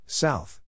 South